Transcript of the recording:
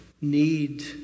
need